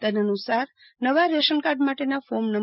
તદ અનુ સાર નવા રેશનકાર્ડ માટેના ફોર્મ નં